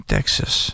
Texas